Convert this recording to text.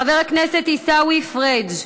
חבר הכנסת עיסאווי פריג'